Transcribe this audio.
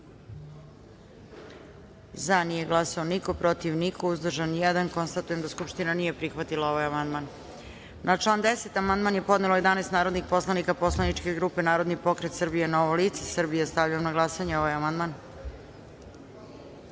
glasanje: za – niko, protiv – niko, uzdržan – jedan. Konstatujem da Skupština nije prihvatila ovaj amandman. Na član 10. amandman je podnelo 11 narodnih poslanika poslaničke grupe Narodni pokret Srbija – Novo lice Srbije. Stavljam na glasanje ovaj